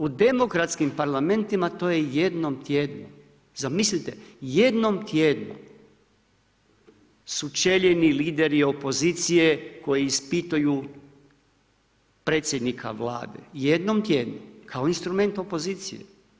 U demokratskim parlamentima to je jednom tjedno, zamislite, jednom tjedno, sučeljeni lideri opozicije koji ispituju predsjednika Vlade, jednom tjedno kao instrument opozicije.